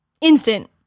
Instant